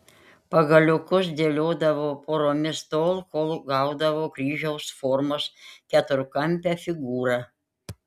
pagaliukus dėliodavo poromis tol kol gaudavo kryžiaus formos keturkampę figūrą